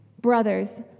Brothers